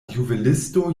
juvelisto